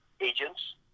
agents